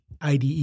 IDE